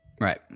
Right